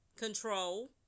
control